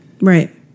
right